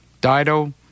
Dido